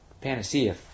panacea